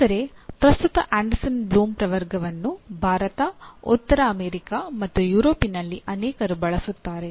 ಆದರೆ ಪ್ರಸ್ತುತ Anderson Bloom ಪ್ರವರ್ಗವನ್ನು ಭಾರತ ಉತ್ತರ ಅಮೆರಿಕಾ ಮತ್ತು ಯುರೋಪಿನಲ್ಲಿ ಅನೇಕರು ಬಳಸುತ್ತಾರೆ